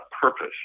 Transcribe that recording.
purpose